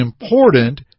important